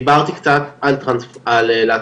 דיברתי קצת על להט"בופוביה,